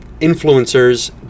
influencers